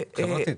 חברתית.